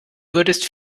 würdest